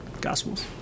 gospels